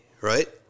right